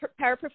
paraprofessionals